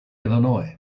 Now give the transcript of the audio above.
illinois